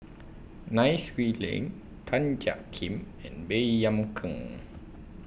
Nai Swee Leng Tan Jiak Kim and Baey Yam Keng